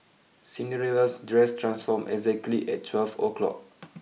Cinderella's dress transformed exactly at twelve o' clock